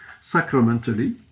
sacramentally